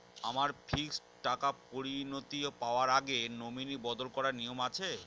আমার ফিক্সড টাকা পরিনতি পাওয়ার আগে নমিনি বদল করার নিয়ম আছে?